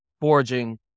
forging